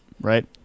Right